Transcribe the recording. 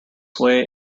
way